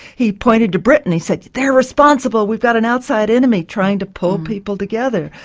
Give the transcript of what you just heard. he pointed to britain, he said they're responsible, we've got an outside enemy trying to pull people together.